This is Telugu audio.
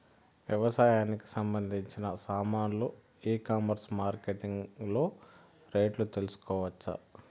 వ్యవసాయానికి సంబంధించిన సామాన్లు ఈ కామర్స్ మార్కెటింగ్ లో రేట్లు తెలుసుకోవచ్చా?